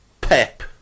Pep